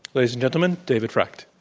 ladies and gentlemen, david frakt.